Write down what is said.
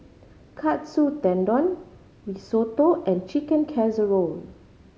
Katsu Tendon Risotto and Chicken Casserole